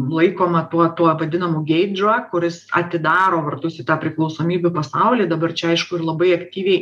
laikoma tuo tuo vadinamu geidžra kuris atidaro vartus į tą priklausomybių pasaulį dabar čia aišku ir labai aktyviai